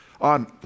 on